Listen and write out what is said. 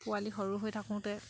পোৱালি সৰু হৈ থাকোঁতে